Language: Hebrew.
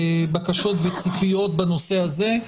בקשות וציפיות בנושא הזה.